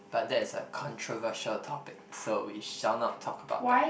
but that's a controversial topic so we shall not talk about that